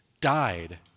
died